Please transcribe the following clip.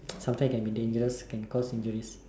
sometimes can be dangerous can cause injuries